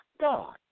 God